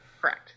Correct